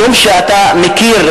משום שאתה מכיר,